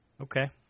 okay